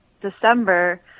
December